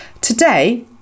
Today